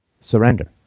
Surrender